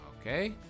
Okay